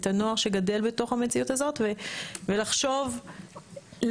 את הנוער שגדל בתוך המציאות הזאת ולחשוב לאן.